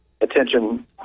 attention